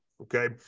Okay